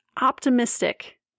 optimistic